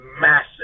Massive